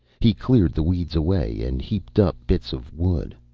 he cleared the weeds away and heaped up bits of wood.